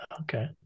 Okay